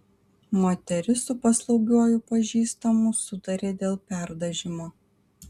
moteris su paslaugiuoju pažįstamu sutarė dėl perdažymo